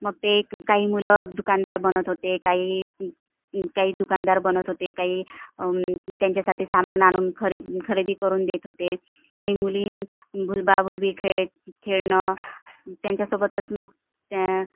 मग ते काही मुलं दुकानदार बनत होते काही काही दुकानदार बनत होते काही त्यांच्यासाठी सामान आणून खरेदी खरेदी करून देत होते आणि मुलीना भुलबा भुलबी खेळ खेळणं त्यांच्यासोबतच मग त्या